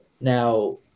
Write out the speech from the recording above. Now